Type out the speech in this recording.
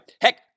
Heck